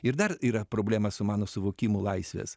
ir dar yra problema su mano suvokimu laisvės